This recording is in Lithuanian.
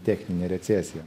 techninę recesiją